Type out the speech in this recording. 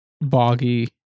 boggy